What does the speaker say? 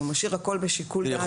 הוא משאיר הכול בשיקול דעת.